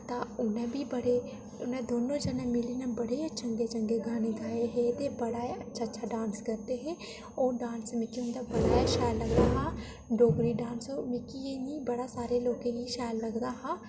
तां उ'नें बी बड़े उ'नें दौनें जनें मिलियै बड़े चंगे चंगे गाने गाए हे ते बड़ा गै अच्छा अच्छा डांस करदे हे ते ओह् डांस मिगी बड़ा गै शैल लगदा हा डोगरी डांस मिगी निं बड़े सारें लोकें गी शैल लगदा हा